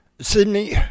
Sydney